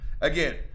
Again